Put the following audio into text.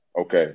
Okay